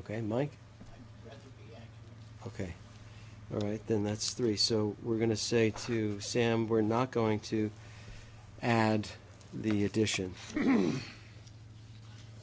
ok mike ok all right then that's three so we're going to say to sam we're not going to add the addition